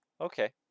Okay